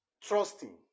trusting